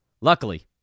Luckily